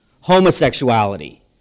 Homosexuality